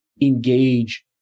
engage